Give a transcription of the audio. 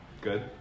good